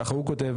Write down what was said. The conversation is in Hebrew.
ככה הוא כותב,